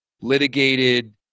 litigated